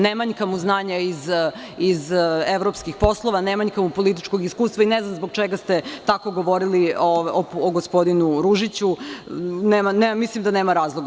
Nemanjka mu znanja iz evropskih poslova, nemanjka mu političkog iskustva i ne znam zbog čega ste tako govorili o gospodinu Ružiću, mislim da nema razloga.